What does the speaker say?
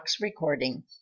recording